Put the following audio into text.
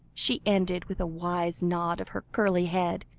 she ended, with a wise nod of her curly head.